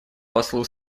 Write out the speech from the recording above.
послу